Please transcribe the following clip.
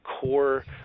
core